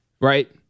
right